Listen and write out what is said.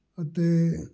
ਅਤੇ